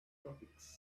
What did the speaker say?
tropics